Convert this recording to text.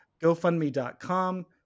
Gofundme.com